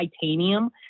titanium